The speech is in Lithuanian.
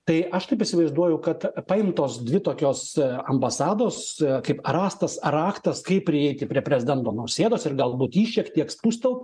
tai aš taip įsivaizduoju kad paimtos dvi tokios ambasados kaip rastas raktas kaip prieiti prie prezidento nausėdos ir galbūt jį šiek tiek spustelt